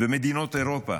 מדינות אירופה,